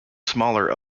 smaller